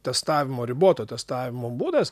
testavimo riboto testavimo būdas